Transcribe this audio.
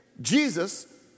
Jesus